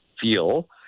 feel